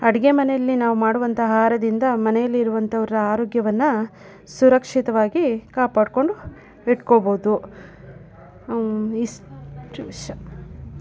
ಅಡುಗೆ ಮನೇಯಲ್ಲೆ ನಾವು ಮಾಡುವಂತಹ ಆಹಾರದಿಂದ ಮನೆಯಲ್ಲಿರುವಂಥವ್ರ ಆರೋಗ್ಯವನ್ನು ಸುರಕ್ಷಿತವಾಗಿ ಕಾಪಾಡಿಕೊಂಡು ಇಟ್ಕೋಬೋದು ಇಷ್ಟು ಶಾ